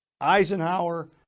Eisenhower